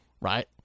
right